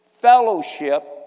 fellowship